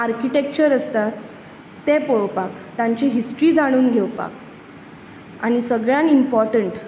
architecture आसतात तें पळोवपाक तांची हिस्ट्री जाणून घेवपाक आनी सगळ्यांत इमपोर्टंट